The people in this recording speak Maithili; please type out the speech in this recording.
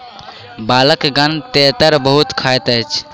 बालकगण तेतैर बहुत खाइत अछि